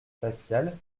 facial